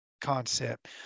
concept